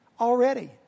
Already